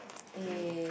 don't know what